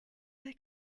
they